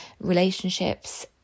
relationships